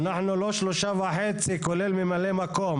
אנחנו לא 3.5%, כולל ממלא מקום.